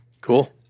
Cool